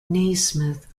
naismith